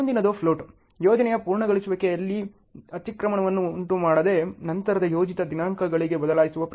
ಮುಂದಿನದು ಫ್ಲೋಟ್ ಯೋಜನೆಯ ಪೂರ್ಣಗೊಳಿಸುವಿಕೆಯಲ್ಲಿ ಅತಿಕ್ರಮಣವನ್ನು ಉಂಟುಮಾಡದೆ ನಂತರದ ಯೋಜಿತ ದಿನಾಂಕಗಳಿಗೆ ಬದಲಾಯಿಸುವ ಪ್ರಮಾಣ